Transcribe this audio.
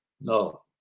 no